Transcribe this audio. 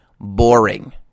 boring